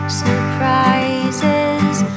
surprises